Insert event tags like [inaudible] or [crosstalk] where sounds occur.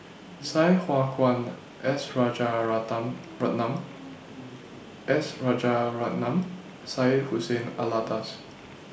Sai Hua Kuan S [unintelligible] S Rajaratnam Syed Hussein Alatas